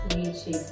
YouTube